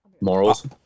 Morals